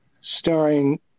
starring